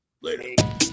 later